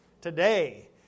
today